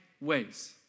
ways